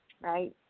right